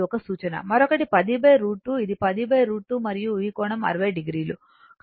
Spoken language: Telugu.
మరొకటి 10 √ 2 ఇది 10 √ 2 మరియు ఈ కోణం 60 o